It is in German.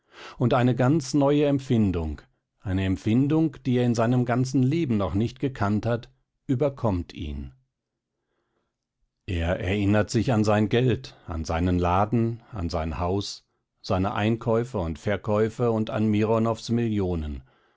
und eine ganz neue empfindung eine empfindung die er in seinem ganzen leben noch nicht gekannt hat überkommt ihn er erinnert sich an sein geld an seinen laden an sein haus seine einkäufe und verkäufe und an mironows millionen